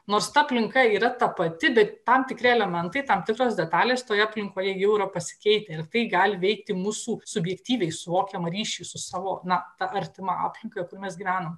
nors ta aplinka yra ta pati bet tam tikri elementai tam tikros detalės toje aplinkoje jau yra pasikeitę ir tai gali veikti mūsų subjektyviai suvokiamą ryšį su savo na ta artima aplinka kur mes gyvenam